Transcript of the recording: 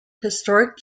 historic